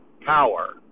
power